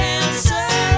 answer